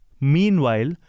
Meanwhile